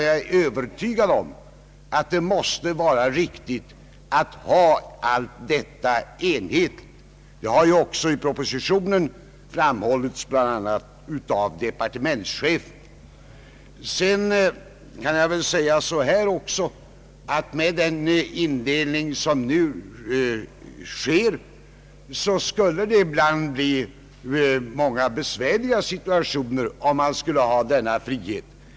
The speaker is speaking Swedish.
Jag är övertygad om att det måste vara riktigt att ha allt detta enhetligt. Det har också i propositionen framhållits av bl.a. departementschefen. Med den indelning som nu sker skulle det ibland bli besvärliga situationer om man skulle ha denna frihet.